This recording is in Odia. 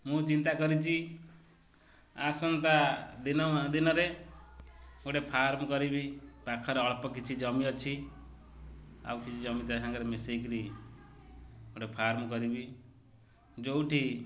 ମୁଁ ଚିନ୍ତା କରିଛି ଆସନ୍ତା ଦିନ ଦିନରେ ଗୋଟେ ଫାର୍ମ କରିବି ପାଖରେ ଅଳ୍ପ କିଛି ଜମି ଅଛି ଆଉ କିଛି ଜମିି ତା' ସାଙ୍ଗରେ ମିଶାଇ କରି ଗୋଟେ ଫାର୍ମ କରିବି ଯେଉଁଠି